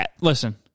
listen